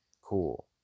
Cool